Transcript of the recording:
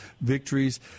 victories